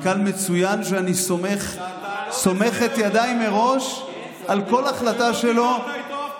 ואני סומך את ידיי מראש על כל החלטה שלו -- ולא דיברת איתו אף פעם.